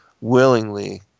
willingly